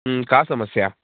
का समस्या